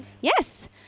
Yes